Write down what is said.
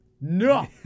No